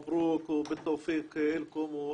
איך לטפל בסוגיה הזו.